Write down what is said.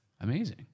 amazing